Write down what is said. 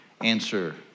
answer